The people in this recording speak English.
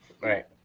Right